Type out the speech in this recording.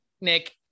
Nick